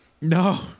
No